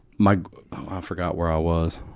my oh, i forgot where i was.